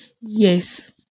yes